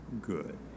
good